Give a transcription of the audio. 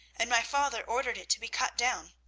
and my father ordered it to be cut down.